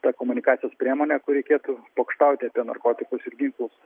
ta komunikacijos priemonė kur reikėtų pokštauti apie narkotikus ir ginklus